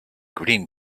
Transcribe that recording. green